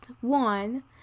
one